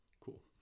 Cool